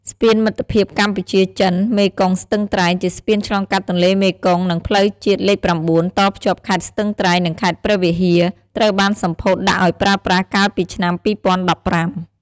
ស្ពានមិត្តភាពកម្ពុជា-ចិន មេគង្គស្ទឹងត្រែង ជាស្ពានឆ្លងកាត់ទន្លេមេគង្គ និងផ្លូវជាតិលេខ៩ តភ្ជាប់ខេត្តស្ទឹងត្រែង និងខេត្តព្រះវិហារ ត្រូវបានសម្ពោធដាក់ឲ្យប្រើប្រាស់ កាលពីឆ្នាំ២០១៥។